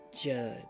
Judge